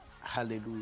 Hallelujah